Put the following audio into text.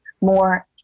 more